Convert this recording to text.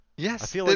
Yes